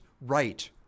right